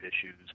issues